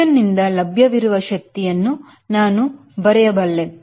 engine ನಿಂದ ಲಭ್ಯವಿರುವ ಶಕ್ತಿಯನ್ನು ನಾನು ಬರೆಯಬಲ್ಲೆ